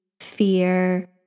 fear